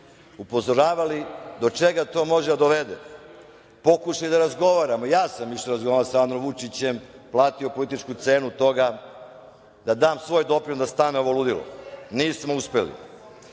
Upozoravali smo do čega to može da dovede. Pokušali smo da razgovaramo. Ja sam razgovarao sa Aleksandrom Vučićem, platio političku cenu toga, da dam svoj doprinos da stane ovo ludilo. Nismo uspeli.